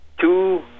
Two